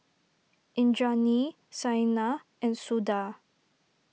Indranee Saina and Suda